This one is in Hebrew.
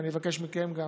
ואני מבקש מכם גם